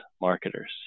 marketers